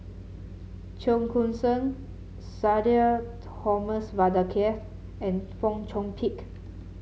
Cheong Koon Seng Sudhir Thomas Vadaketh and Fong Chong Pik